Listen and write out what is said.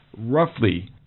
Roughly